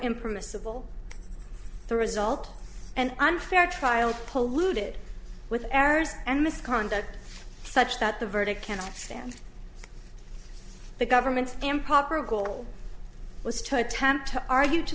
impermissible the result and unfair trial polluted with errors and misconduct such that the verdict cannot stand the government's improper goal was to attempt to argue to